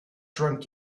drunk